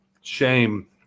Shame